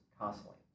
constantly